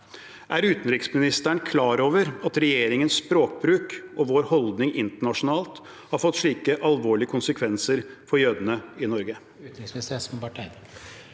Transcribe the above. Er utenriksministeren klar over at regjeringens språkbruk og vår holdning internasjonalt har fått slike alvorlige konsekvenser for jødene i Norge?